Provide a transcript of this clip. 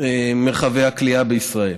מרחבי הכליאה בישראל.